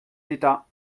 d’état